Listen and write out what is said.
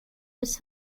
his